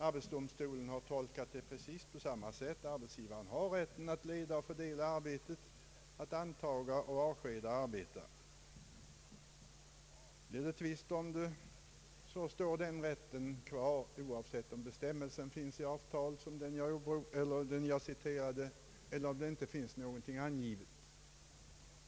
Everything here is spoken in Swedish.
Arbetsdomstolen har tolkat saken på precis samma sätt: arbetsgivaren har rätt att leda och fördela arbetet och att antaga och avskeda arbetare. Blir det tvist härom, står den rätten kvar, oavsett om bestämmelsen finns i avtalet eller det inte finns någonting angivet.